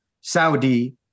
Saudi